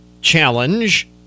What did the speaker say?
challenge